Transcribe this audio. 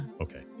Okay